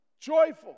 joyful